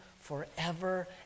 forever